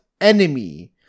enemy